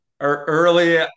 early